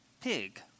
pig